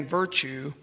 virtue